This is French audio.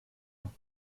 ans